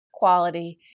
quality